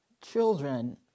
children